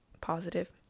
positive